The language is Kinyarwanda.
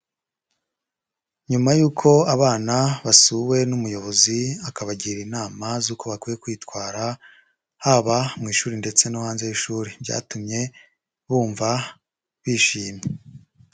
Nyuma yuko abana basuwe n'umuyobozi akabagira inama z'uko bakwiye kwitwara, haba mu ishuri ndetse no hanze y'ishuri, byatumye bumva bishimye.